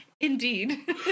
indeed